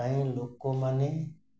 ପାଇଁ ଲୋକମାନେ